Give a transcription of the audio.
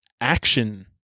action